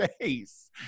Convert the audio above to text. face